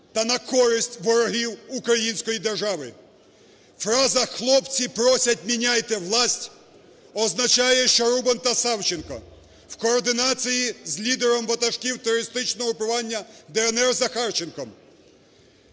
та на користь ворогів української держави. Фраза: "Хлопці просять, міняйте власть", - означає, що Рубан та Савченко в координації з лідером ватажків терористичного угрупування "ДНР" Захарченком.